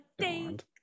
Thank